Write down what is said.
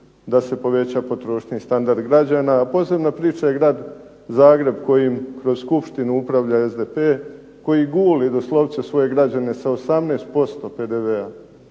da se poveća potrošnja i standard građana. A posebna priča je grad Zagreb kojim kroz Skupštinu upravlja SDP, koji guli doslovce svoje građane sa 18% PDV-a,